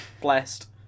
Blessed